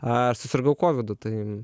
aš susirgau kovidu tai